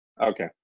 Okay